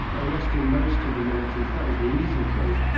arresting most of the militants, that was the easy phase.